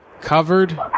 covered